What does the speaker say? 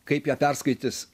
kaip ją perskaitys